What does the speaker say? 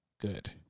Good